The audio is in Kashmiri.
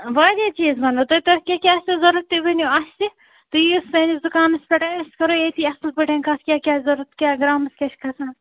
واریاہ چیٖز بنٛنو تۄہہِ تۄہہِ کیٛاہ کیٛاہ آسیو ضوٚرَتھ تُہۍ ؤنِو اَسہِ تُہۍ یِیِو سٲنِس دُکانَس پٮ۪ٹھ أسۍ کَرو ییٚتی اَصٕل پٲٹھۍ کَتھ کیٛاہ کیٛاہ آسہِ ضوٚرَتھ کیٛاہ گرٛامَس کیٛاہ چھِ کھَسان